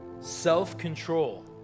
self-control